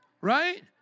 Right